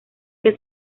que